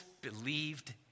believed